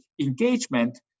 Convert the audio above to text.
engagement